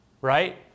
right